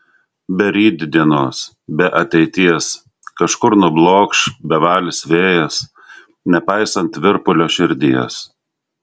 be rytdienos be ateities kažkur nublokš bevalis vėjas nepaisant virpulio širdies